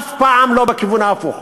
אף פעם לא בכיוון ההפוך.